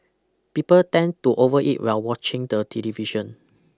people tend to overeat while watching the television